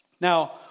Now